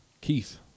Keith